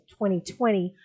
2020